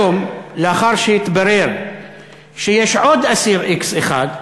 היום, לאחר שהתברר שיש עוד אסיר x אחד לפחות,